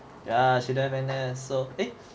ya she don't have N_S so eh